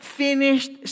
finished